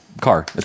car